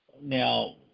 now